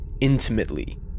Intimately